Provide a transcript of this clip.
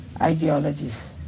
ideologies